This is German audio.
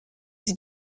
sie